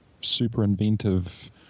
super-inventive